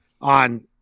on